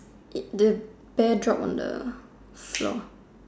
Did the bear drop on the floor